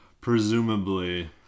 presumably